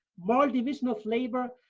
moral division of labor,